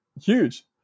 huge